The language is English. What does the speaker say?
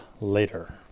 later